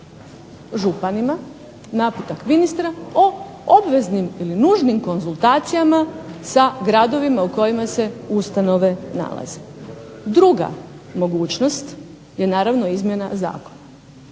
županima, naputak ministra o obveznim ili nužnim konzultacijama sa gradovima u kojima se ustanove nalaze. Druga mogućnost je naravno izmjena zakona.